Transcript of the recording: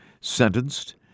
sentenced